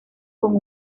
con